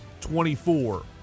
24